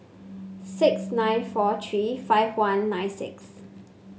six nine four three five one nine six